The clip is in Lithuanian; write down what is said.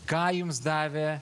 ką jums davė